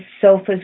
sofas